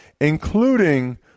including